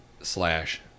Slash